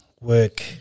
work